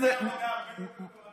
היא הייתה עושה עבודה הרבה יותר טובה.